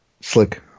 slick